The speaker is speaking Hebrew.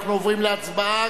אנחנו עוברים להצבעה,